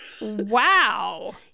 Wow